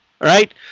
right